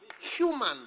human